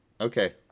Okay